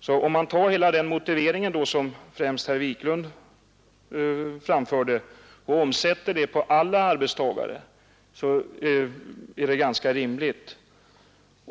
Det vore ganska rimligt att ta hela den motivering som främst herr Wiklund i Stockholm framförde och omsätta den på alla arbetstagare.